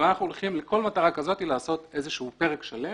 ואנחנו הולכים לכל מטרה כזאת לעשות איזשהו פרק שלם,